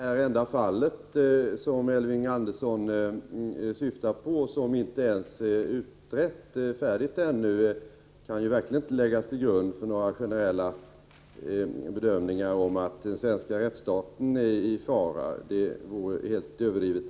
Fru talman! Jag är angelägen att säga att det enda fall som Elving Andersson syftar på, vilket inte ens är färdigutrett ännu, verkligen inte kan läggas till grund för generella bedömningar att den svenska rättsstaten är i fara. Det vore helt överdrivet.